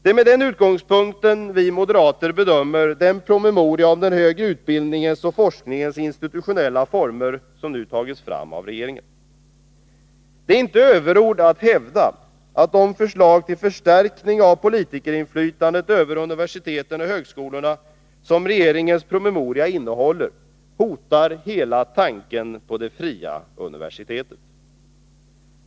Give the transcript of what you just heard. Det är med denna utgångspunkt vi moderater bedömer den promemoria om den högre utbildningens och forskningens institutionella former som nu tagits fram av regeringen. Det är inte överord att hävda att de förslag till förstärkning av politikerinflytandet över universiteten och högskolorna som regeringens promemoria innehåller hotar hela tanken på det fria universitetet.